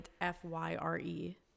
f-y-r-e